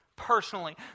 personally